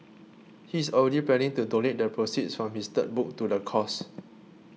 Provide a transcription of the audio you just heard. he is already planning to donate the proceeds from his third book to the cause